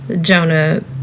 Jonah